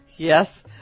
Yes